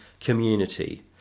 community